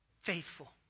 faithful